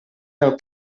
del